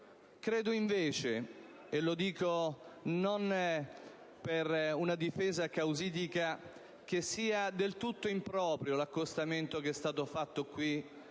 Credo invece - e non lo dico per una difesa causidica - che sia del tutto improprio l'accostamento che è stato fatto qui